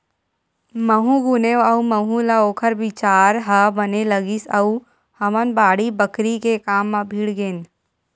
महूँ गुनेव अउ महूँ ल ओखर बिचार ह बने लगिस अउ हमन बाड़ी बखरी के काम म भीड़ गेन